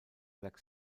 black